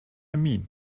mean